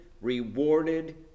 rewarded